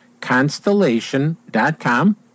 constellation.com